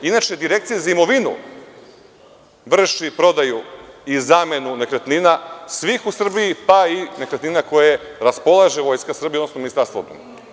Inače, Direkcija za imovinu vrši prodaju i zamenu nekretnina svih u Srbiji, pa i nekretnina kojima raspolaže Vojska Srbije, odnosno Ministarstvo odbrane.